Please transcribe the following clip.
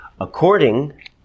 According